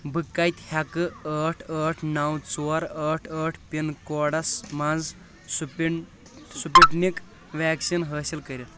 بہٕ کتہِ ہیٚکہٕ ٲٹھ ٲٹھ نو ژور ٲٹھ ٲٹھ پِن کوڈس منٛز سپن سُپٹنِک ویٚکسیٖن حٲصِل کٔرِتھ